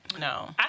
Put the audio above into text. no